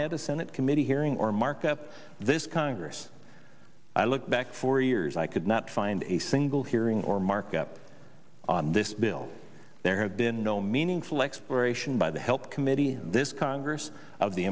a senate committee hearing or markup this congress i look back four years i could not find a single hearing or markup on this bill there have been no meaningful exploration by the help committee in this congress of the